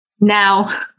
Now